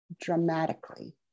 dramatically